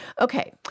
Okay